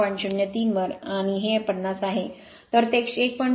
०3 वर आणि हे 50 आहे तर ते 1